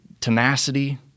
tenacity